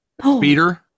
speeder